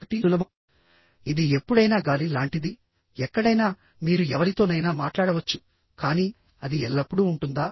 కాబట్టి సులభం ఇది ఎప్పుడైనా గాలి లాంటిది ఎక్కడైనా మీరు ఎవరితోనైనా మాట్లాడవచ్చు కానీ అది ఎల్లప్పుడూ ఉంటుందా